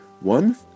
One